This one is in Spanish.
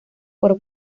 por